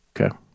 Okay